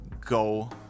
go